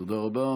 תודה רבה.